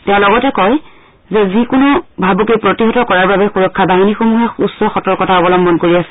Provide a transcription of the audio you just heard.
তেওঁ লগতে কয় যি কোনো ভাবুকি প্ৰতিহত কৰাৰ বাবে সূৰক্ষা বাহিনীসমূহে উচ্চ সতৰ্কতা অৱলম্বন কৰি আছে